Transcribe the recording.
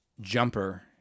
jumper